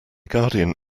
guardian